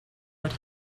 but